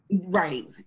Right